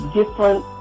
different